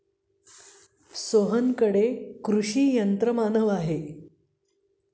सोहनकडे कृषी यंत्रमानव आहे